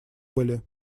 были